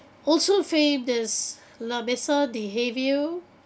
also famed as la mesa de herveo